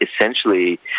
essentially